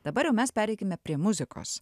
dabar jau mes pereikime prie muzikos